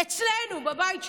אצלנו, בבית שלנו.